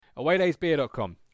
Awaydaysbeer.com